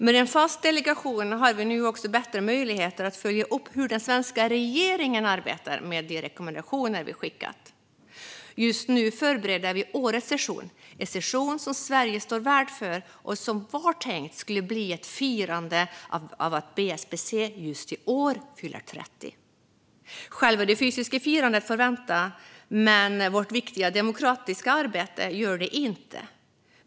Med en fast delegation har vi nu också bättre möjligheter att följa upp hur den svenska regeringen arbetar med de rekommendationer vi skickat. Just nu förbereder vi årets session, som Sverige står värd för och som var tänkt att bli ett firande av att BSPC i år fyller 30. Själva det fysiska firandet får vänta, men vårt viktiga demokratiska arbete gör det inte.